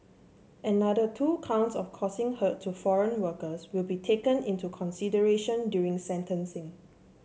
another two counts of causing hurt to foreign workers will be taken into consideration during sentencing